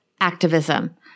Activism